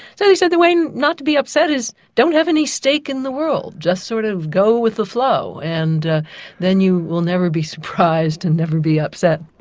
so he said the way and not to be upset is don't have any stake in the world, just sort of go with the flow and then you will never be surprised and never be upset.